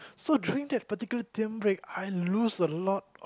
so during that particular term break I lose a lot of